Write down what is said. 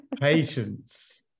patience